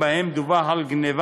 לנוכח ריבוי המקרים שבהם דווח על גנבה